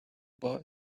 boy